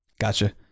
Gotcha